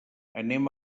anem